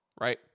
right